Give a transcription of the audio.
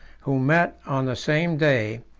who met on the same day,